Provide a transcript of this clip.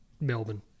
Melbourne